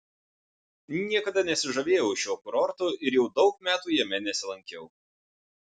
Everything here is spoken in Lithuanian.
niekada nesižavėjau šiuo kurortu ir jau daug metų jame nesilankiau